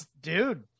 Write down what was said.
Dude